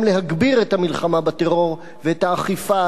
גם להגביר את המלחמה בטרור ואת האכיפה